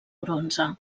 bronze